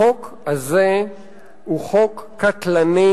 החוק הזה הוא חוק קטלני